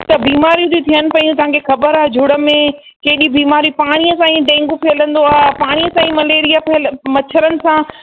त बीमारियूं थी थियनि पयूं तव्हांखे ख़बर आ्हे झुड़ में केॾी बीमारियूं पाणीअ सां ई डेंगू फैलंदो आहे पाणीअ सां ई मलेरिया फैल मच्छरनि सां